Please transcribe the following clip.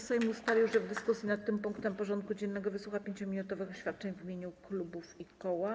Sejm ustalił, że w dyskusji nad tym punktem porządku dziennego wysłucha 5-minutowych oświadczeń w imieniu klubów i koła.